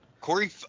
Corey –